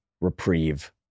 reprieve